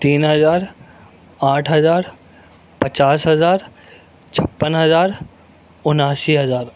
تین ہزار آٹھ ہزار پچاس ہزار چھپپن ہزار اناسی ہزار